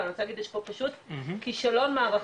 אני רוצה להגיד יש פה פשוט כשלון מערכתי,